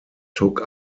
took